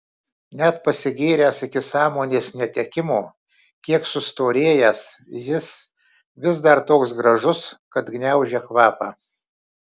net pasigėręs iki sąmonės netekimo kiek sustorėjęs jis vis dar toks gražus kad gniaužia kvapą